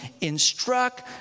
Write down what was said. instruct